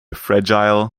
fragile